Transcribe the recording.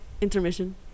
intermission